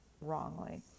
wrongly